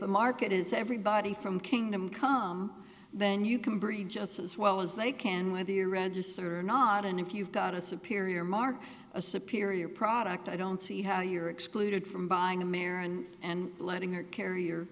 the market is everybody from kingdom come then you can breathe just as well as they can whether you register or not and if you've got a superior mark a superior product i don't see how you're excluded from buying american and letting your carrier